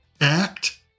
act